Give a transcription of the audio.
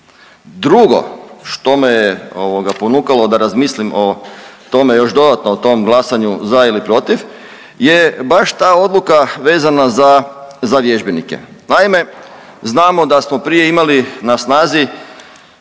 Drugo, što me je ovoga ponukalo da razmislim o tome još dodatno, o tom glasanju za ili protiv je baš ta odluka vezana za vježbenike. Naime, znamo da smo prije imali na snazi